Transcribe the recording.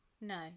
no